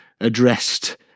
addressed